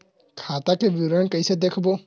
खाता के विवरण कइसे देखबो?